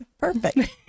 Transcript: Perfect